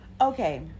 Okay